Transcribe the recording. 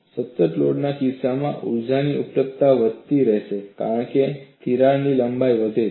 સતત લોડના કિસ્સામાં ઊર્જાની ઉપલબ્ધતા વધતી રહેશે કારણ કે તિરાડ લંબાઈમાં વધે છે